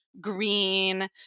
green